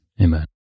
amen